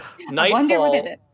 nightfall